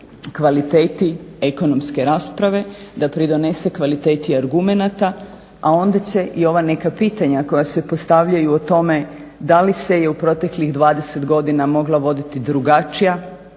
kvaliteti ekonomske rasprave, da pridonese kvaliteti argumenata, a onda će i ova neka pitanja koja se postavljaju o tome da li se je u proteklih 20 godina mogla voditi drugačija